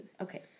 Okay